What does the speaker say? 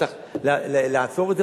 צריך לעצור את זה,